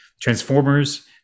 transformers